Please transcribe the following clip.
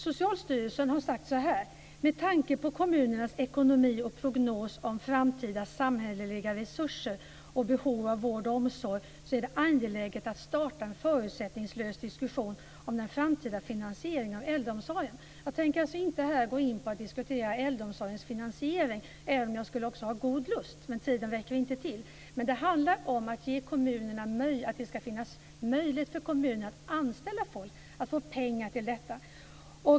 Socialstyrelsen har sagt så här: Med tanke på kommunernas ekonomi och prognos om framtida samhälleliga resurser och behov av vård och omsorg är det angeläget att starta en förutsättningslös diskussion om den framtida finansieringen av äldreomsorgen. Jag tänker alltså inte här diskutera äldreomsorgens finansiering, även om jag skulle ha god lust. Tiden räcker inte till. Det handlar om att det ska vara möjligt för kommunerna att anställa folk och få pengar till det.